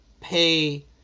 pay